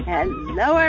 Hello